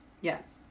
Yes